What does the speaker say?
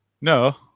No